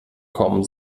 kommen